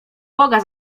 boga